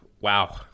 wow